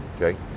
Okay